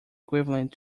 equivalent